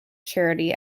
charity